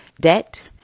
debt